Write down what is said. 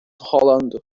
rolando